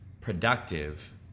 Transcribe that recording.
productive